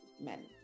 men